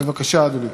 בבקשה, אדוני.